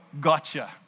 gotcha